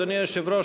אדוני היושב-ראש,